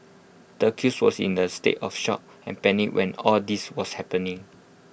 the accused was in A state of shock and panic when all this was happening